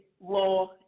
law